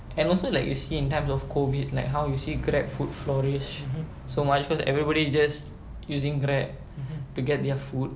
and also like you see in time of COVID like how you see grab food flourish so much cause everybody just using grab to get their food